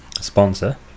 Sponsor